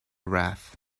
wrath